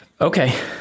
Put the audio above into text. okay